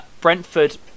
Brentford